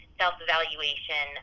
self-evaluation